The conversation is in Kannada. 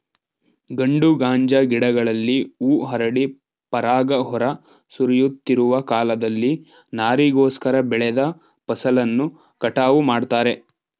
ಗಂಡು ಗಾಂಜಾ ಗಿಡಗಳಲ್ಲಿ ಹೂ ಅರಳಿ ಪರಾಗ ಹೊರ ಸುರಿಯುತ್ತಿರುವ ಕಾಲದಲ್ಲಿ ನಾರಿಗೋಸ್ಕರ ಬೆಳೆದ ಫಸಲನ್ನು ಕಟಾವು ಮಾಡ್ತಾರೆ